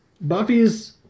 Buffy's